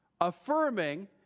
affirming